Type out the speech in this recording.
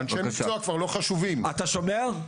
אנשי מקצוע כבר לא חשובים --- אתה שומע?